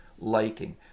liking